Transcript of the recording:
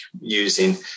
using